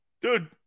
Dude